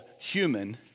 human